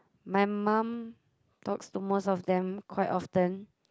my mum talks to most of them quite often